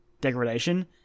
degradation